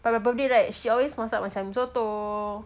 but my birthday right she always masak macam sotong